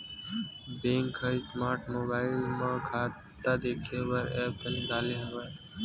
bank ह smart mobile मन म खाता देखे बर ऐप्स निकाले हवय